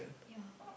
yeah